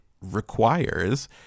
requires